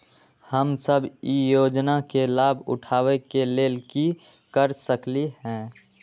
हम सब ई योजना के लाभ उठावे के लेल की कर सकलि ह?